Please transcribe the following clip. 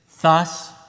thus